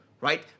right